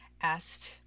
asked